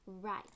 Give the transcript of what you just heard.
right